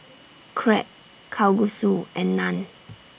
Crepe Kalguksu and Naan